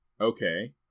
Okay